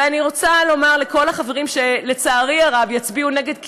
ואני רוצה לומר לכל החברים שלצערי הרב יצביעו נגד,